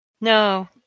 No